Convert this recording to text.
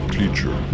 teacher